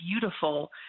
beautiful